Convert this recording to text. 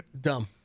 dumb